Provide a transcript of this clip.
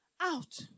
out